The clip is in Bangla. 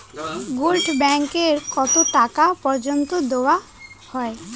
গোল্ড বন্ড এ কতো টাকা পর্যন্ত দেওয়া হয়?